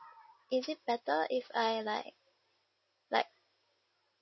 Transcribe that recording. is it better if I like like